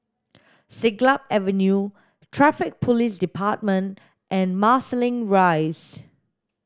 Siglap Avenue Traffic Police Department and Marsiling Rise